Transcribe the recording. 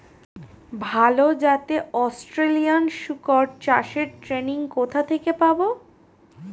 ভালো জাতে অস্ট্রেলিয়ান শুকর চাষের ট্রেনিং কোথা থেকে পাব?